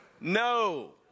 no